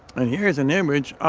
and here's an image